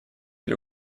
для